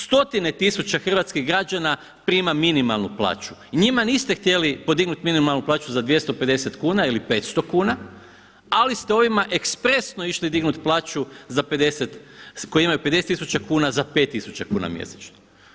Stotine tisuća hrvatskih građana prima minimalnu plaću i njima niste htjeli podignuti minimalnu plaću za 250 kuna ili 500 kuna ali ste ovima ekspresno išli dignut plaću za 50, koji imaju 50 tisuća kuna za 5000 kuna mjesečno.